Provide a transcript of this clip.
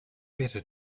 better